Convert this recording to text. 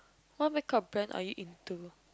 what makeup brand are you in to